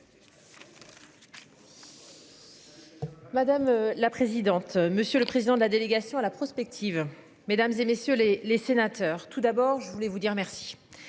Madame la présidente, monsieur le président de la délégation à la prospective mesdames et messieurs les les sénateurs tout d'abord je voulais vous dire merci,